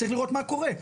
צריך לראות מה קורה.